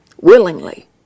willingly